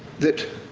that